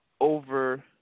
over